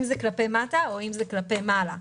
אם כלפי מטה ואם כלפי מעלה.